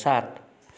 सात